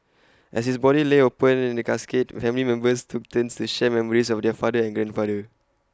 as his body lay open casket family members took turns to share memories of their father and grandfather